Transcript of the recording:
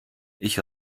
ich